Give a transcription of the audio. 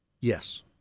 Yes